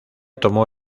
tomó